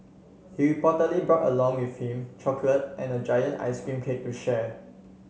he reportedly brought along with him chocolate and a giant ice cream cake to share